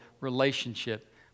relationship